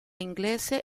inglese